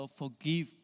forgive